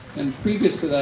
and previously,